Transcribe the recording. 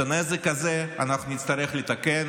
את הנזק הזה אנחנו נצטרך לתקן